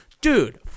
dude